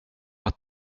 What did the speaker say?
att